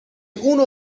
uno